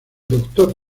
doctor